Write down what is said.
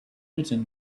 written